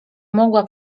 mogła